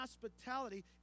hospitality